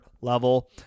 level